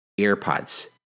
AirPods